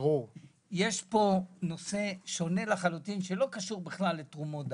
יש פה נושא לחלוטין שלא קשור לתרומות דם.